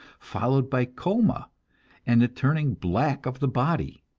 followed by coma and the turning black of the body.